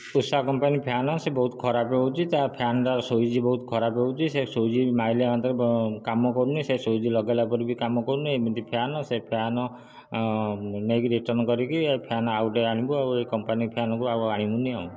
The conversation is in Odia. ଉଷା କମ୍ପାନୀ ଫ୍ୟାନ୍ ସେ ବହୁତ ଖରାପ ହେଉଛି ତା ଫ୍ୟାନ୍ର ସୁଇଚ୍ ବହୁତ ଖରାପ ହେଉଛି ସେ ସୁଇଚ୍ ମାରିଲେ ମଧ୍ୟ ସେ କାମ କରୁନି ସେ ସୁଇଚ୍ ଲଗାଇଲା ପରେ ବି କାମ କରୁନି ଏମିତି ଫ୍ୟାନ୍ ସେ ଫ୍ୟାନ୍ ନେଇକରି ରିର୍ଟନ୍ କରିକି ଫ୍ୟାନ୍ ଆଉ ଗୋଟେ ଆଣିବୁ ଏ କମ୍ପାନୀ ଫ୍ୟାନ୍କୁ ଆଉ ଆଣିବୁନି ଆଉ